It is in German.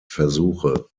versuche